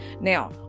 Now